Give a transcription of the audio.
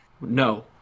No